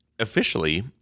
Officially